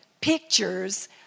pictures